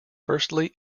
firstly